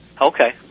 Okay